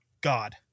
God